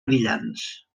brillants